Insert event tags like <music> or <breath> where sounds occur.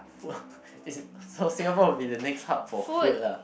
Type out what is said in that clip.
<breath> what it so Singapore will be the next hub for food lah